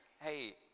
Hey